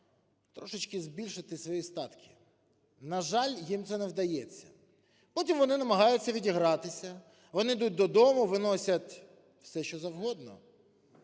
трошечки збільшити свої статки. На жаль, їм це не вдається, потім вони намагаються відігратися, вони йдуть до дому, виносять все, що завгодно,